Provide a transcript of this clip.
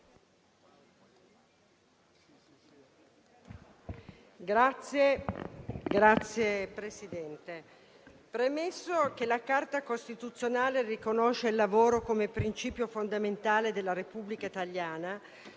Signor Presidente, la Carta costituzionale riconosce il lavoro come principio fondamentale della Repubblica italiana;